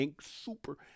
super